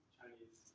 Chinese